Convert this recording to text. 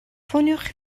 ffoniwch